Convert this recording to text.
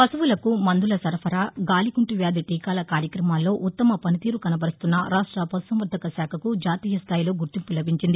పశువులకు మందుల సరఫరా గాలి కుంటు వ్యాధి టీకాల కార్యక్రమాల్లో ఉత్తమ పనితీరు కనబరుస్తున్న రాష్ట పశు సంవర్ణక శాఖకు జాతీయ స్థాయిలో గుర్తింపు లభించింది